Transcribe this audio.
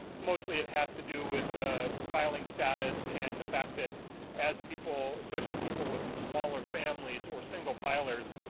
mostly it has to do with filing status and the fact that as people, especially people with smaller families or single filers,